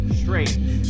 strange